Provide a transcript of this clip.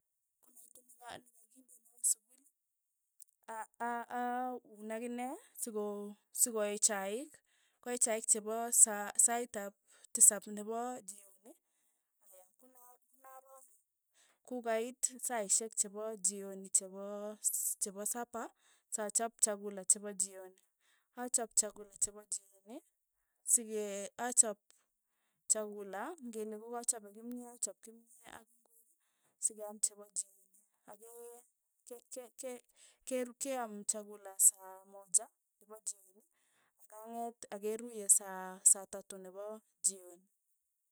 Konaitu neka nekakinde newa sukul, a- a auun akine siko sikoee chaik, koee chaik chepo saa sait ap tisap nepo jioni, aya kona konarook, kokait saishek chepo jioni chepo s sapa, sa chap chakula chepo jioni, achap chakula chepo jioni sikee achap chakula ng'ele kokachape kimyee, achap kimyee ak ingwek sikeaam chepo jioni, ake ke- ke- ke keaam chakula saa moja nepa jioni akang'et akeruye sa saa tatu nepo jioni.